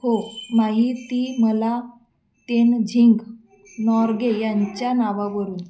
हो माहिती मला तेनझिंग नॉर्गे यांच्या नावावरून